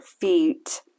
feet